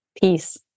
peace